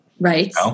Right